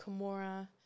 Kimura